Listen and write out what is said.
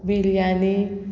biryani